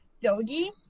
Doggy